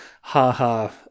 ha-ha